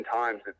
times